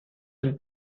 dem